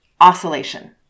oscillation